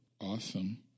awesome